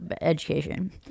education